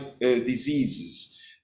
diseases